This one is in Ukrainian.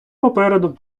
попереду